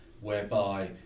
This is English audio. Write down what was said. whereby